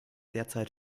derzeit